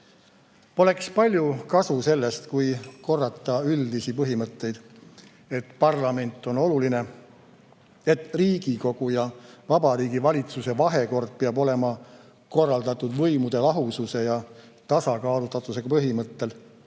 Eestis. Poleks palju kasu sellest, kui korrata üldisi põhimõtteid: et parlament on oluline, et Riigikogu ja Vabariigi Valitsuse vahekord peab olema korraldatud võimude lahususe ja tasakaalustatuse põhimõttel,